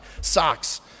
Socks